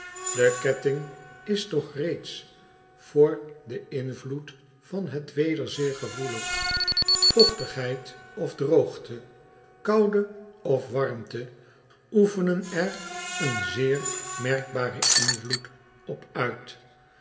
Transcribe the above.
e ketting is toch reeds voor den invloed van het weder zeer gevoelig vochtigheid of droogte koude of warmte oefenen er een zeer merkbaren invloed op uit